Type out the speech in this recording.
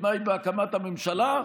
כתנאי בהקמת הממשלה?